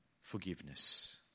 forgiveness